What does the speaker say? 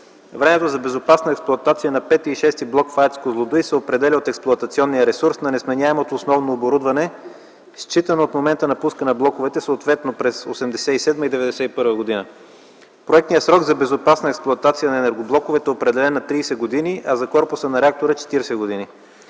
Времето за безопасна експлоатация на V и VІ блок в АЕЦ „Козлодуй” се определя от експлоатационния ресурс на несменяемото основно оборудване, считано от момента на пускане на блоковете съответно през 1987 и 1991 г. Проектният срок за безопасна експлоатация на енергоблоковете е определена на 30 години, а за корпуса на реактора – 40 години.